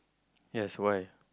yes why